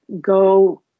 go